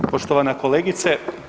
Poštovana kolegice.